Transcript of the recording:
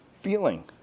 feeling